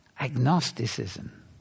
Agnosticism